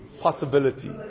possibility